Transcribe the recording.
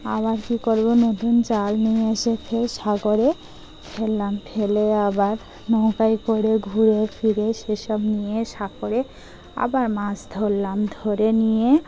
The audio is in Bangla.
আবার কী করবো নতুন জাল নিয়ে এসে ফের সাগরে ফেললাম ফেলে আবার নৌকায় করে ঘুরে ফিরে সেসব নিয়ে সাগরে আবার মাছ ধরলাম ধরে নিয়ে